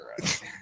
right